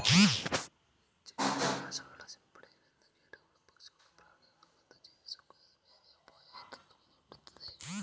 ಹೆಚ್ಚು ಕೀಟನಾಶಕ ಸಿಂಪಡಣೆಯಿಂದ ಕೀಟಗಳು, ಪಕ್ಷಿಗಳು, ಪ್ರಾಣಿ ಮತ್ತು ಜೀವಸಂಕುಲದ ಮೇಲೆ ಅಪಾಯ ತಂದೊಡ್ಡುತ್ತದೆ